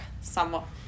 somewhat